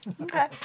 Okay